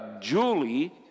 Julie